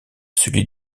celui